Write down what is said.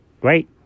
Great